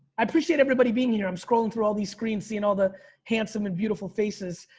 i appreciate everybody being here. i'm scrolling through all these screens seeing all the handsome and beautiful faces.